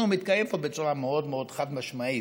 מתקיים פה בצורה מאוד מאוד חד-משמעית,